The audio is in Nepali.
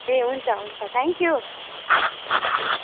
ए हुन्छ हुन्छ थ्याङ्क यु हुन्